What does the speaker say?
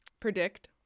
predict